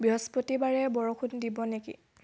বৃহস্পতিবাৰে বৰষুণ দিব নেকি